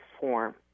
form